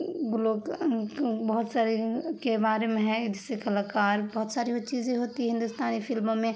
vlog بہت سارے کے بارے میں ہے جیسے کلاکار بہت ساری وہ چیزیں ہوتی ہندوستانی فلموں میں